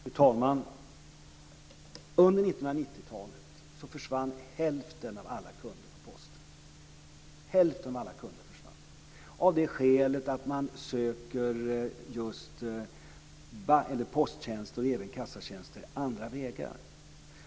Fru talman! Under 1990-talet försvann hälften av alla kunder på Posten; detta av det skälet att man för post och kassatjänster söker andra vägar.